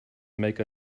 make